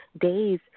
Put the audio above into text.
days